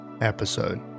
episode